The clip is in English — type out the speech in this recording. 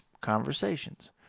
conversations